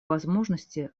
возможности